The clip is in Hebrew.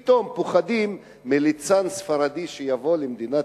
פתאום פוחדים מליצן ספרדי שיבוא למדינת